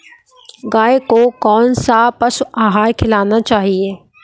गाय को कौन सा पशु आहार खिलाना चाहिए?